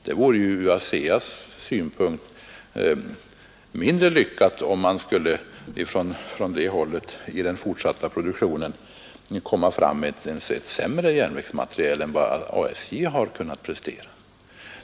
Det vore ju ur ASEA:s synpunkt mindre lyckat, om man skulle från det hållet i den fortsatta produktionen komma med en sämre järnvägsmateriel än vad ASJ har kunnat prestera.